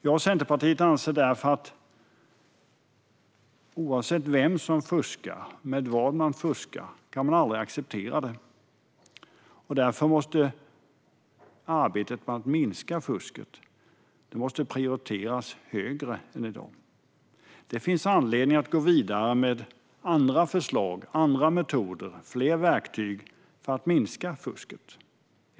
Jag och Centerpartiet anser därför att oavsett vem som fuskar och med vad man fuskar kan det aldrig accepteras. Därför måste arbetet för att minska fusket prioriteras högre än i dag. Det finns anledning att gå vidare med andra förslag, metoder och fler verktyg för att minska fusket.